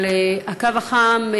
אבל הקו החם,